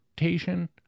rotation